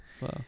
Wow